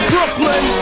Brooklyn